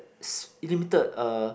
s~ limited uh